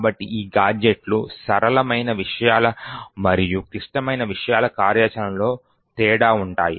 కాబట్టి ఈ గాడ్జెట్లు సరళమైన విషయాల మరియు క్లిష్టమైన విషయాల కార్యాచరణలో తేడా ఉంటాయి